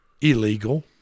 illegal